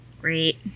Great